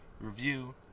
review